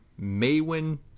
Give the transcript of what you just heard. Maywin